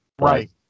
Right